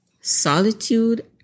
Solitude